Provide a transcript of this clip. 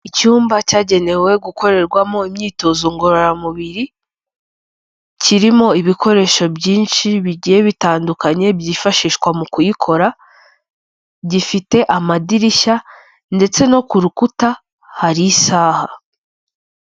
Icyumba cyagenewe gukorerwamo imyitozo ngororamubiri, kirimo ibikoresho byinshi bigiye bitandukanye byifashishwa mu kuyikora, gifite amadirishya ndetse no ku rukuta hari isaha.